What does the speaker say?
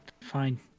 fine